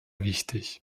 wichtig